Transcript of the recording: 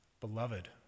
beloved